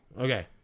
Okay